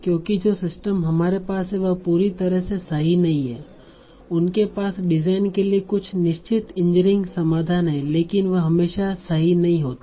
क्योंकि जो सिस्टम हमारे पास है वह पूरी तरह से सही नहीं हैं उनके पास डिजाइन के लिए कुछ निश्चित इंजीनियरिंग समाधान हैं लेकिन वह हमेशा सही नहीं होते